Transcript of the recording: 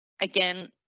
again